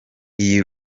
iyi